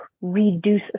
reduce